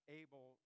able